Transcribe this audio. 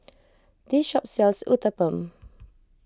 this shop sells Uthapam